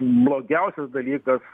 blogiausias dalykas